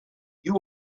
you